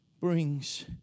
brings